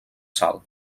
sal